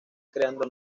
creando